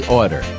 order